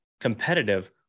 competitive